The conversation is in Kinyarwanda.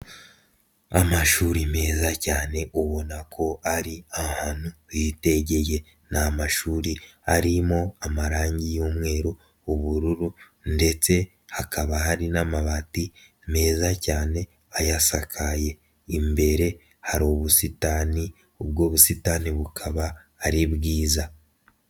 Amashuri meza cyane ubona ko ari ahantu hitegeye, ni amashuri arimo amarangi y'umweru, ubururu, ndetse hakaba hari n'amabati meza cyane ayasakaye, imbere hari ubusitani ubwo busitani bukaba ari bwiza.